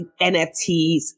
NFTs